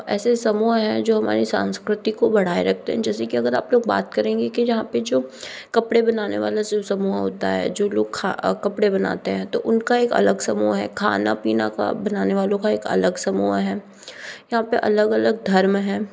ऐसे समूह हैं जो हमारी संस्कृति को बढ़ाए रखते हैं जैसे कि अगर आप लोग बात करेंगे कि यहाँ पे जो कपड़े बनाने वाले जो समूह होता है जो लोग खा कपड़े बनाते हैं तो उनका एक अलग समूह है खाना पीना का बनाने वालों का अलग समूह है यहाँ पे अलग अलग धर्म हैं